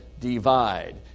divide